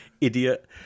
idiot